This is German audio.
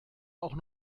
auch